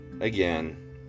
again